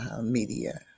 Media